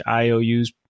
ious